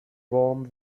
warm